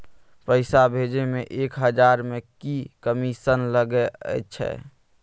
पैसा भैजे मे एक हजार मे की कमिसन लगे अएछ?